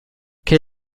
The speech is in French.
quel